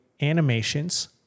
animations